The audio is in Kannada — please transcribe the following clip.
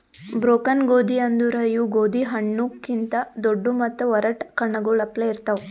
ಬ್ರೋಕನ್ ಗೋದಿ ಅಂದುರ್ ಇವು ಗೋದಿ ಹಣ್ಣು ಕಿಂತ್ ದೊಡ್ಡು ಮತ್ತ ಒರಟ್ ಕಣ್ಣಗೊಳ್ ಅಪ್ಲೆ ಇರ್ತಾವ್